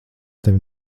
tevi